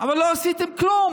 כלום